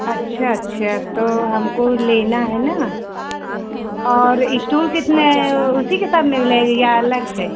अच्छा अच्छा तो हमको लेना है ना और इस्टूल कितने उसी के साथ में मिलेगी या अलग से